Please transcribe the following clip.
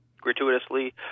gratuitously